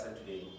today